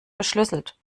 verschlüsselt